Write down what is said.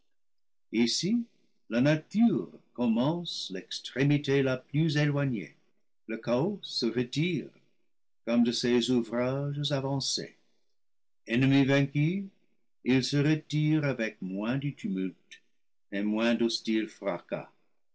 la nature commence l'extrémité la plus éloignée le chaos se retire comme de ses ouvrages avancés ennemi vaincu il se retire avec moins de tumulte et moins d'hostile fracas